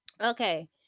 okay